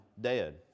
dead